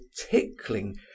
tickling